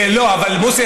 אבל מוסי,